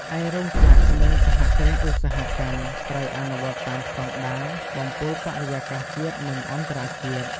ឯរោងចក្រ និងសហគ្រាសឧស្សាហកម្មត្រូវអនុវត្តតាមស្តង់ដារបំពុលបរិយាកាសជាតិ និងអន្តរជាតិ។